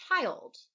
child